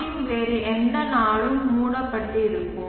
ஆண்டின் வேறு எந்த நாளும் மூடப்பட்டிருக்கும்